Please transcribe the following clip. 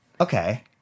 Okay